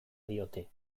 diote